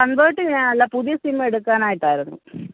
convert ചെയ്യാനല്ല പുതിയ SIM എടുക്കാനായിട്ടായിരുന്നു